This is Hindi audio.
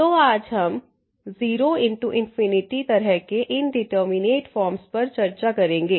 तो आज हम 0 इनटू तरह के इंडिटरमिनेट फॉर्म्स पर चर्चा करेंगे